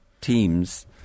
teams